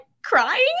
crying